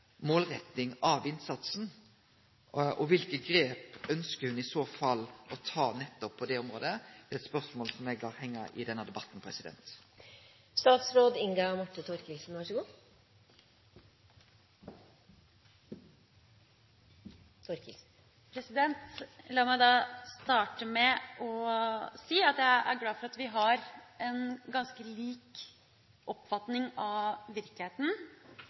målretting av innsatsen, og kva grep ønskjer ho i så fall å ta nettopp på det området? Det er eit spørsmål som eg lèt hengje i denne debatten. La meg starte med å si at jeg er glad for at vi har en ganske lik oppfatning av virkeligheten.